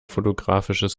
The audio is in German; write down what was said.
fotografisches